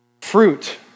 Fruit